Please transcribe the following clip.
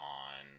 on